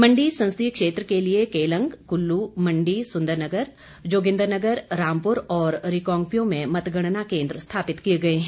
मंडी संसदीय क्षेत्र के लिये केलांग कुल्लू मंडी सुंदरनगर जोगिंद्रनगर रामपुर और रिकॉगपिओ में मतगणना केंद्र स्थापित किये गए हैं